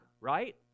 right